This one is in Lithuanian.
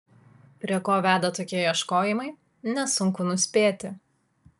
prie ko veda tokie ieškojimai nesunku nuspėti